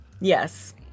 Yes